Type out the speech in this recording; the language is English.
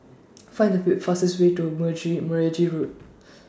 Find The fastest Way to Merge Meragi Road